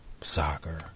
soccer